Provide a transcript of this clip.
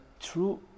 True